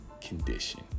condition